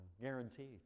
Guaranteed